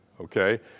okay